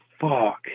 fuck